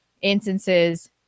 instances